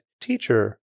Teacher